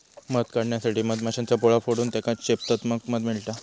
मध काढण्यासाठी मधमाश्यांचा पोळा फोडून त्येका चेपतत मग मध मिळता